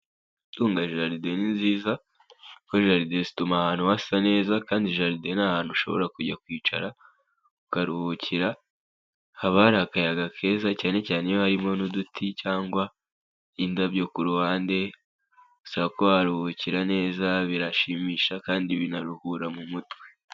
Gutunga jaride ni nziza. Kuko jaride zituma ahantu hasa neza, kandi jaride ni ahantu ushobora kujya kwicara, ukaruhukira, habari akayaga keza cyane cyane iyo harimo n'uduti cyangwa, indabyo ku ruhande, bisaba kuba waharuhukira neza, birashimisha kandi binaruhura mu mutwe.